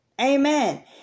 Amen